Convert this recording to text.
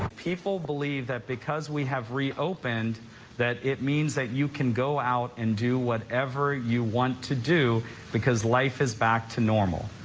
people believe that because we have reopened that it means that you can go out and do whatever you want to do because life is back to normal.